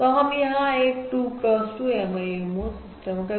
तो हम यहां एक 2 cross 2 MIMO सिस्टम का